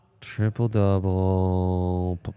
Triple-double